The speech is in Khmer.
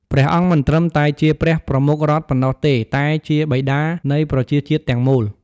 ព្រះអង្គមិនត្រឹមតែជាព្រះប្រមុខរដ្ឋប៉ុណ្ណោះទេ តែជា "បិតា" នៃប្រជាជាតិទាំងមូល។